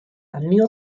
anni